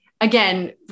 again